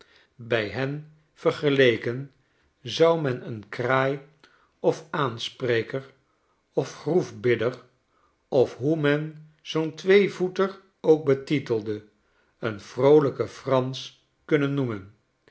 bij hen vergeleken zou men een kraai of aanspreker of groef bidder of hoe men zoo'n tweevoeter ook betitele een vroolijken frans kunnen noemen